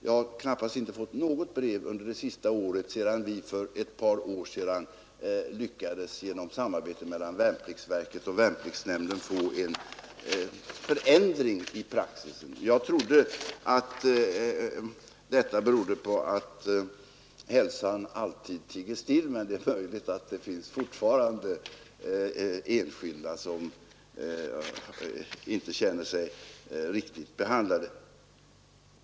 Sedan vi för ett par år sedan genom samarbete mellan värnpliktsverket och värnpliktsnämnden lyckades få en förändring i praxis har jag knappast fått något sådant brev under det senaste året. Jag trodde att detta berodde på att hälsan alltid tiger still, men det är möjligt att det fortfarande finns enskilda som inte känner sig riktigt behandlade.